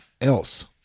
else